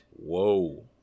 Whoa